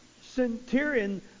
centurion